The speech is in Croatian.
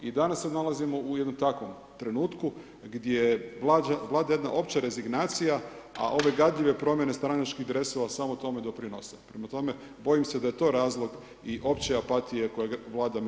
I danas se nalazimo u jednom takvom trenutku, gdje vlada jedna opća rezignacija, a ove gadljive promijene stranačkih dresova samo tome doprinosi, prema tome, bojim se da je to razlog i opće apatije, koja vlada među građanima.